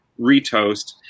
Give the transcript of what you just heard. retoast